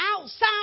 outside